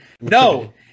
No